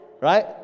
right